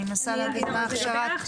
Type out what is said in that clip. אני מנסה להבין מה ההכשרה,